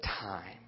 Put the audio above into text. time